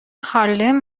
هارلِم